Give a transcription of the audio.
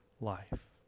life